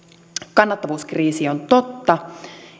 kannattavuuskriisi on totta